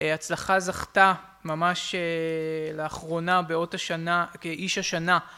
הצלחה זכתה ממש לאחרונה באות השנה כאיש השנה